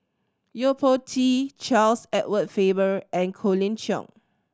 Yo Po Tee Charles Edward Faber and Colin Cheong